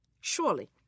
Surely